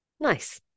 Nice